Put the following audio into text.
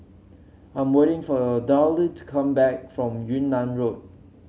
I'm waiting for Daryle to come back from Yunnan Road